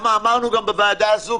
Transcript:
אמרנו גם בוועדה הזו,